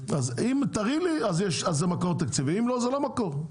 אם תראי לי אז זה מקור תקציבי, אם לא זה לא מקור,